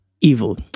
evil